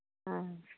ꯑꯥ